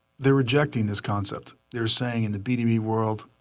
they're rejecting this concept. they're saying in the b two b world,